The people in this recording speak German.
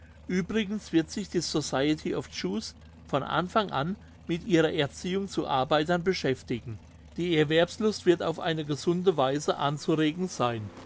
uebrigens wird sich die society of jews von anfang an mit ihrer erziehung zu arbeitern beschäftigen die erwerbslust wird auf eine gesunde weise anzuregen sein